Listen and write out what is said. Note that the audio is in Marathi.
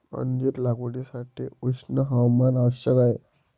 अंजीर लागवडीसाठी उष्ण हवामान आवश्यक आहे